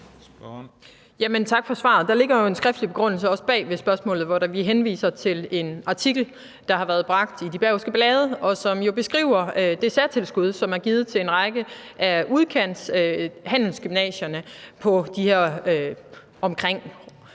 tak for svaret. Der ligger jo også en skriftlig begrundelse til spørgsmålet, hvori vi henviser til en artikel, der har været bragt i de Bergske blade, og som jo beskriver det særtilskud, som er givet til en række af udkantshandelsgymnasierne, på omkring